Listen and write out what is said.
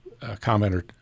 commenter